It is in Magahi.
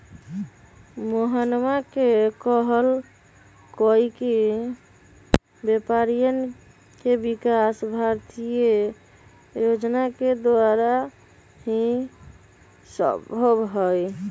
मोहनवा ने कहल कई कि व्यापारियन के विकास भारतीय योजना के द्वारा ही संभव हई